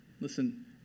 Listen